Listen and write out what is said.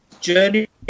journey